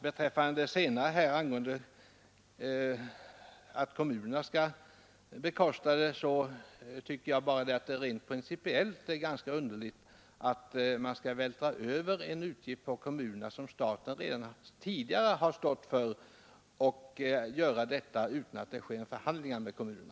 Beträffande den senare frågan att kommunerna skall bekosta det hela vill jag säga att det rent principiellt är ganska underligt att man skall vältra över en utgift på kommunerna som staten tidigare har stått för — och att man gör detta utan att det sker förhandlingar med kommunerna.